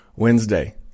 Wednesday